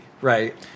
Right